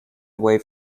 away